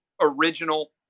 original